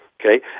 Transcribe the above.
Okay